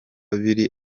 biri